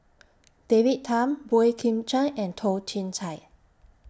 David Tham Boey Kim Cheng and Toh Chin Chye